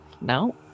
no